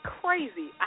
crazy